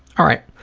all right.